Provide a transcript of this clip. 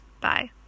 Bye